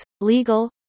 legal